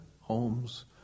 homes